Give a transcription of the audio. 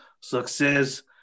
success